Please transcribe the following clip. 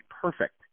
perfect